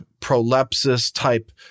prolepsis-type